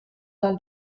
dal